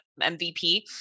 MVP